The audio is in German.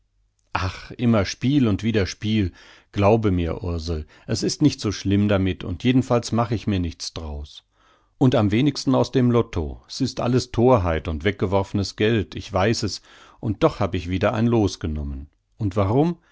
ach immer spiel und wieder spiel glaube mir ursel es ist nicht so schlimm damit und jedenfalls mach ich mir nichts d'raus und am wenigsten aus dem lotto s ist alles thorheit und weggeworfen geld ich weiß es und doch hab ich wieder ein loos genommen und warum